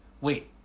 wait